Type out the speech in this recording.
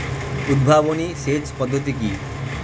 উদ্ভাবনী সেচ পদ্ধতি কি?